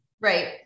Right